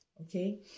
okay